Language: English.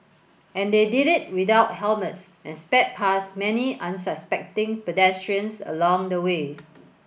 and they did it without helmets and sped past many unsuspecting pedestrians along the way